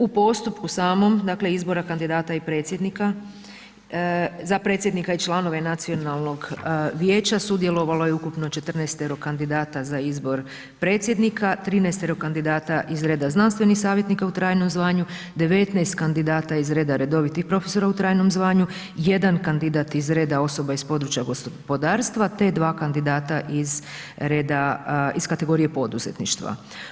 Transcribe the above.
U postupku samom, dakle izbora kandidata i predsjednika, za predsjednika i članove Nacionalnog vijeća sudjelovalo je ukupno 14-ero kandidata za izbor predsjednika, 13-ero kandidata iz reda znanstvenih savjetnika u trajnom zvanju, 19 kandidata iz reda redovitih profesora u trajnom zvanju, 1 kandidat iz reda osoba iz područja gospodarstva, te 2 kandidata iz kategorije poduzetništva.